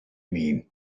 mean